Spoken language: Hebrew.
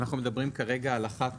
אנחנו מדברים כרגע על אחת